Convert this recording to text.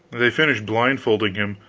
they finished blindfolding him,